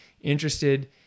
interested